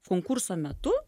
konkurso metu